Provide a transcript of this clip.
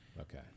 Okay